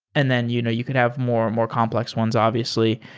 and then you know you can have more and more complex ones obviously.